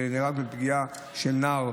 ונהרג מפגיעה של נער,